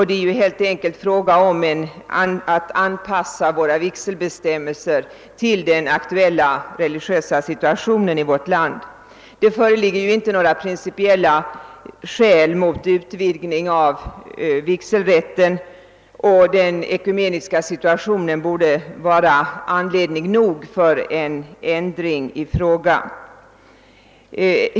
Det är helt enkelt fråga om att anpassa våra vigselbestämmelser till den aktuella religiösa situationen i vårt land. Det föreligger inte några principiella skäl mot en utvidgning av vigselrätten, och den ekumeniska situationen borde vara tillräcklig anledning för en ändring av bestämmelserna.